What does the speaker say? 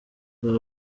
aba